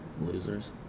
losers